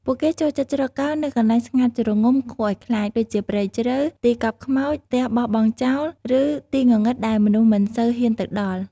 ពួកគេចូលចិត្តជ្រកកោននៅកន្លែងស្ងាត់ជ្រងំ គួរឱ្យខ្លាច ដូចជាព្រៃជ្រៅ ទីកប់ខ្មោច ផ្ទះបោះបង់ចោល ឬទីងងឹតដែលមនុស្សមិនសូវហ៊ានទៅដល់ ។